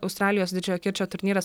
australijos didžiojo kirčio turnyras